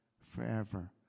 forever